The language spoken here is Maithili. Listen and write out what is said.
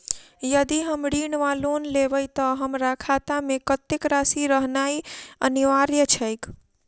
यदि हम ऋण वा लोन लेबै तऽ हमरा खाता मे कत्तेक राशि रहनैय अनिवार्य छैक?